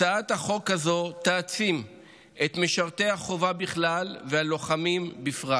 הצעת החוק הזאת תעצים את משרתי החובה בכלל והלוחמים בפרט,